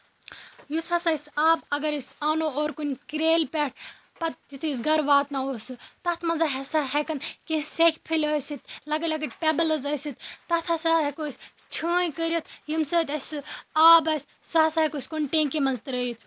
یُس ہَسا أسۍ آب اگر أسۍ آنو اورٕ کُنہِ کریٚلہِ پٮ۪ٹھ پَتہٕ یِتھے أسۍ گَرٕ واتناوو سُہ تَتھ مَنٛز ہَسا ہیکَن کیٚنٛہہ سیکہِ فٔلۍ ٲسِتھ لۄکٕٹۍ لۄکٕٹۍ پیبٕلز ٲسِتھ تَتھ ہَسا ہیکو أسۍ چھٲنۍ کٔرِتھ ییٚمہِ سۭتۍ اَسہِ سُہ آب آسہِ سُہ ہَسا ہیکو أسۍ کُنہِ ٹینکی مَنٛز ترٲیِتھ